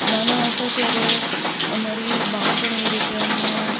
નાના હતાં ત્યારે અમારી બા પણ એ રીતે અમને